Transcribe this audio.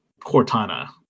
Cortana